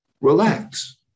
relax